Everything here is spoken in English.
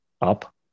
up